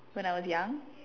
when I was young